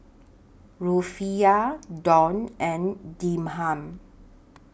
Rufiyaa Dong and Dirham